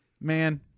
Man